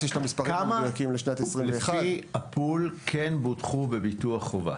כמה לפי הפול כן בוטחו בביטוח חובה?